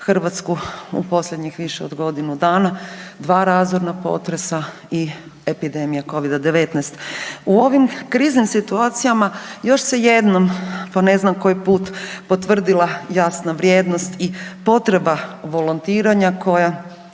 Hrvatsku u posljednjih više od godinu dana, 2 razorna potresa i epidemija Covida-19. U ovim kriznim situacijama još se jednom po ne znam koji put potvrdila jasna vrijednost i potreba volontiranja koja